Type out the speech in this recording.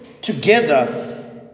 together